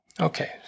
Okay